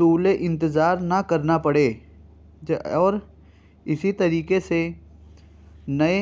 طول انتظار نہ کرنا پڑے اور اسی طریقے سے نئے